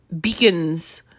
beacons